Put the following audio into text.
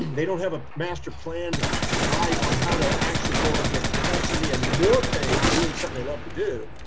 and they don't have a master planned life on how to actually go and get handsomely and more paid, doing something they love to do.